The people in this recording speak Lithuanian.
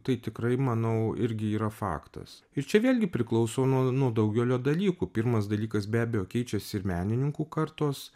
tai tikrai manau irgi yra faktas ir čia vėlgi priklauso nuo nuo daugelio dalykų pirmas dalykas be abejo keičiasi ir menininkų kartos